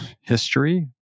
history